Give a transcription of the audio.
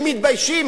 הם מתביישים,